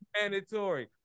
Mandatory